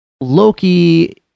Loki